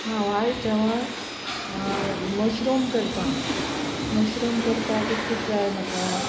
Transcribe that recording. हांव आयज जेवण मशरूम करतां मशरूम करपा कीत कीत जाय म्हाका